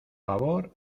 favor